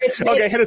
Okay